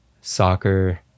soccer